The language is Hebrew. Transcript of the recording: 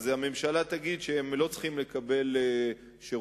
אז הממשלה תגיד שהם לא צריכים לקבל שירותי